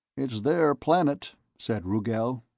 it's their planet, said rugel.